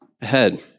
ahead